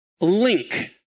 link